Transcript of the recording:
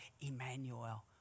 Emmanuel